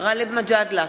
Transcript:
גאלב מג'אדלה,